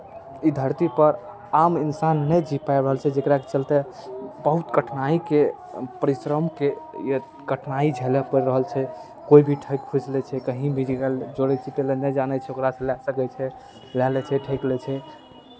ई धरतीपर आम इंसान नहि जी पाबि रहल छै जकराके चलते बहुत कठिनाइके परिश्रमके यए कठिनाइ झेलए पड़ि रहल छै कोइ भी ठकि फुसि लै छै कहीँ भी जोड़ै सीखय लेल नहि जानै छै ओकरासँ लए सकै छै लए लै छै ठकि लै छै